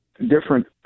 different